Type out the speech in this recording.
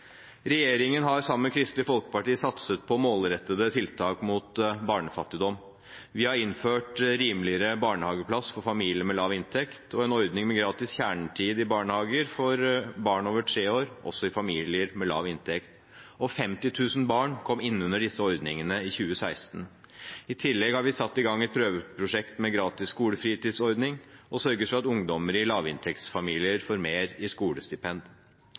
Regjeringen har sammen med Kristelig Folkeparti satset på målrettede tiltak mot barnefattigdom. Vi har innført rimeligere barnehageplass for familier med lav inntekt og en ordning med gratis kjernetid i barnehager for barn over tre år, også i familier med lav inntekt. 50 000 barn kom inn under disse ordningene i 2016. I tillegg har vi satt i gang et prøveprosjekt med gratis skolefritidsordning og sørget for at ungdommer i lavinntektsfamilier får mer i skolestipend.